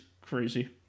crazy